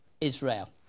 Israel